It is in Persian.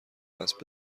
اسب